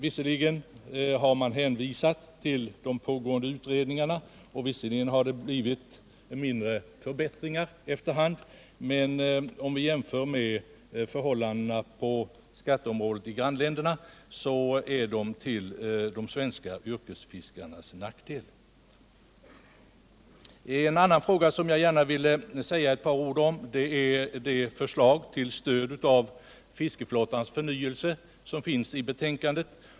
Visserligen har det hänvisats till de pågående utredningarna, och även några mindre förbättringar har genomförts efter hand, men om vi jämför de svenska fiskarnas skattevillkor med skatteförhållandena för fiskare i våra grannländer finner vi att de är till de svenska yrkesfiskarnas nackdel. En annan fråga som jag gärna vill säga några ord om gäller det förslag till fiskeflottans förnyelse som finns upptaget i betänkandet.